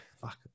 fuck